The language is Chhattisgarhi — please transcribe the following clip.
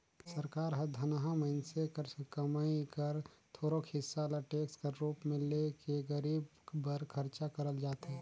सरकार हर धनहा मइनसे कर कमई कर थोरोक हिसा ल टेक्स कर रूप में ले के गरीब बर खरचा करल जाथे